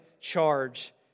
charge